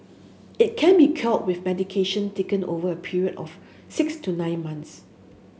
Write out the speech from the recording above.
it can be cured with medication taken over a period of six to nine months